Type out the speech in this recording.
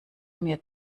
mir